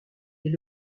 est